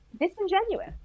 disingenuous